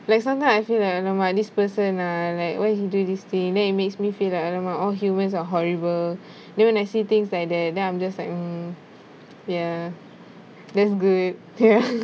like sometime I feel like !alamak! this person ah like why he do this thing then it makes me feel like !alamak! all humans are horrible and then when I see things like that then I'm just like mm ya that's good ya